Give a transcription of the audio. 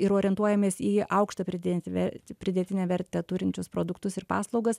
ir orientuojamės į aukštą pridėt ver pridėtinę vertę turinčius produktus ir paslaugas